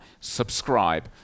subscribe